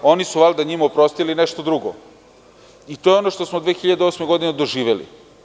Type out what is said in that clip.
Oni su valjda njima oprostili nešto drugo i to je ono što smo 2008. godine doživeli.